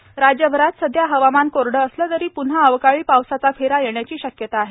हवामान राज्यभरात सध्या हवामान कोरडं असलं तरी पुन्हा अवकाळी पावसाचा फेरा येण्याची शक्यता आहे